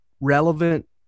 relevant